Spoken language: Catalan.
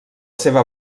seva